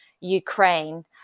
Ukraine